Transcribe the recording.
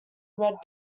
red